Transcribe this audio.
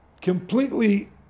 completely